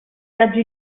viaggi